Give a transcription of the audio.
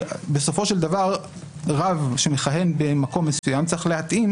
בסופו של דבר רב שמכהן במקום מסוים צריך להתאים